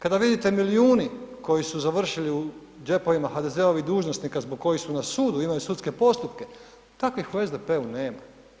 Kada vidite milijuni koji su završili u džepovima HDZ-ovih dužnosnika zbog koji su na sudu, imaju sudske postupke, takvih u SDP-u nema.